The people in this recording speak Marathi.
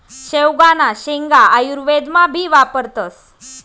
शेवगांना शेंगा आयुर्वेदमा भी वापरतस